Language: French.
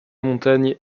montagne